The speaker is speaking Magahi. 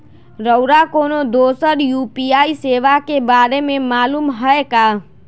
रउरा कोनो दोसर यू.पी.आई सेवा के बारे मे मालुम हए का?